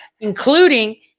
including